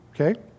Okay